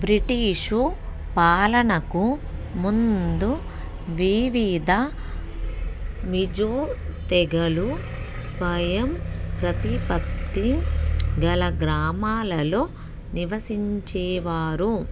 British పాలనకు ముందు వివిధ మిజో తెగలు స్వయం ప్రతిపత్తి గల గ్రామాలలో నివసించేవారు